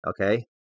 Okay